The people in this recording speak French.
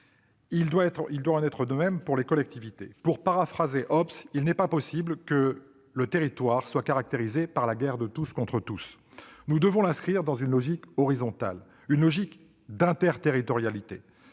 doivent faire de même, car, pour paraphraser Hobbes, il n'est pas possible que le territoire soit caractérisé par la guerre de tous contre tous. Nous devons installer une logique horizontale, une logique d'interterritorialité.